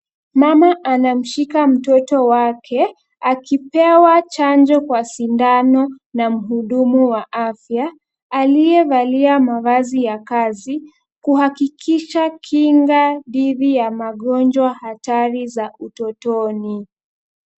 Mama anamshika mtoto wake akipewa chanjo kwa sindano na mhudumu wa afya aliyevalia mavazi ya kazi kuhakikisha kinga dhidi ya magonjwa hatari za utotoni.